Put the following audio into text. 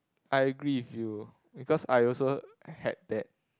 I agree with you because I also had that